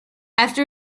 after